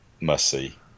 must-see